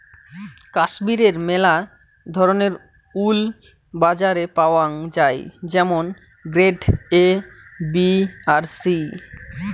কাশ্মীরের মেলা ধরণের উল বাজারে পাওয়াঙ যাই যেমন গ্রেড এ, বি আর সি